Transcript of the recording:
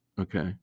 Okay